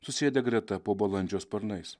susėdę greta po balandžio sparnais